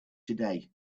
today